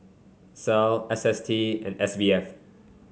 SAL S S T and S B F